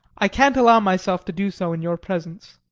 i can't allow myself to do so in your presence.